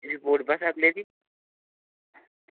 report बस अगले दिन